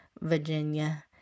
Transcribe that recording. Virginia